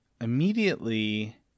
immediately